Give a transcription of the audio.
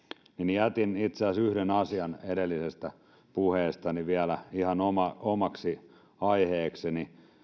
jätin itse asiassa yhden asian edellisestä puheestani vielä ihan omaksi aiheekseen